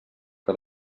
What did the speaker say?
que